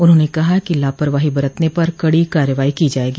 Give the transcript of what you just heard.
उन्होंने कहा लापरवाही बरतने पर कड़ी कार्रवाई की जायेगी